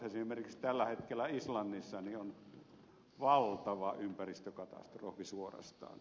esimerkiksi tällä hetkellä islannissa on valtava ympäristökatastrofi suorastaan